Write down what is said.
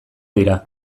dira